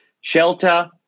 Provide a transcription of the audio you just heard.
shelter